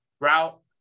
route